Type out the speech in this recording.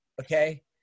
okay